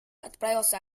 отправился